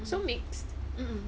so mixed